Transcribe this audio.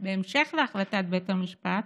בהמשך להחלטת בית המשפט,